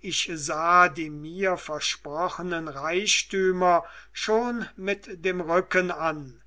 ich sah die mir versprochenen reichtümer schon mit dem rücken an